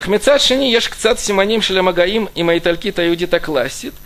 ומצד שני יש קצת סימנים של המגעים עם האיטלקית היהודית הקלאסית